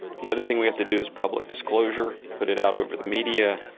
the other thing we have to do is public disclosure, put it out over the media,